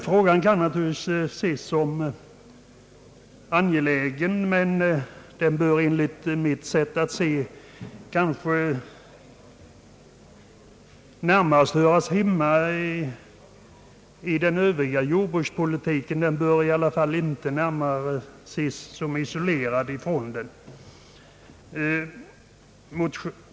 Frågan kan naturligtvis betraktas som angelägen, men den hör enligt min uppfattning närmast hemma i den övriga jordbrukspolitiken; den bör i varje fall inte ses som isolerad från denna.